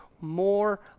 more